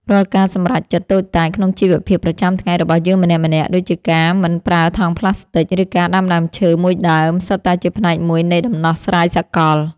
រាល់ការសម្រេចចិត្តតូចតាចក្នុងជីវភាពប្រចាំថ្ងៃរបស់យើងម្នាក់ៗ ដូចជាការមិនប្រើថង់ប្លាស្ទិក ឬការដាំដើមឈើមួយដើម សុទ្ធតែជាផ្នែកមួយនៃដំណោះស្រាយសកល។